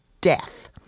death